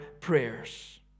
prayers